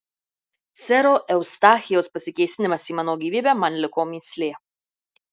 sero eustachijaus pasikėsinimas į mano gyvybę man liko mįslė